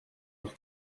leur